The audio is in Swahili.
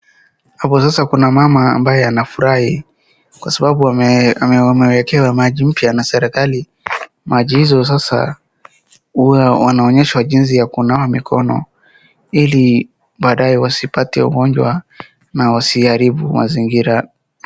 Hapo sasa kuna mama ambaye anafurahi kwa sababu wamewekewa maji mpya na serikali. Maji hizo sasa huwa wanaonyeshwa jinsi ya kunawa mikono ili baadae wasipate ugonjwa na wasiharibu mazingira.